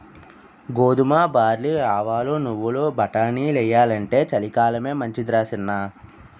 గోధుమ, బార్లీ, ఆవాలు, నువ్వులు, బటానీలెయ్యాలంటే చలికాలమే మంచిదరా సిన్నా